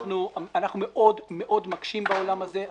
אנחנו מאוד מאוד מקשים בעולם הזה.